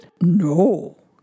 no